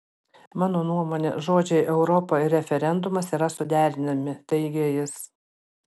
mano nuomone žodžiai europa ir referendumas yra suderinami teigė jis